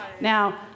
Now